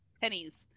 pennies